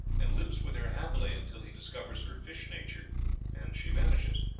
and lives with her happily until he discovers her fish-nature and she vanishes.